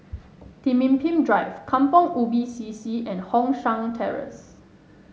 Pemimpin Drive Kampong Ubi C C and Hong San Terrace